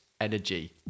energy